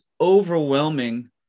overwhelming